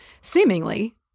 seemingly